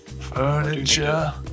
Furniture